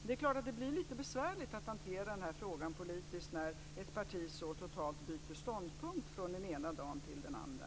Men det är klart att det blir lite besvärligt att hantera frågan politiskt när ett parti så totalt byter ståndpunkt från den ena dagen till den andra.